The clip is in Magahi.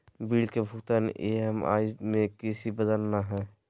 बिल के भुगतान ई.एम.आई में किसी बदलना है?